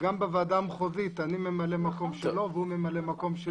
וגם בוועדה המחוזית אני ממלא מקום שלו והוא ממלא מקום שלי.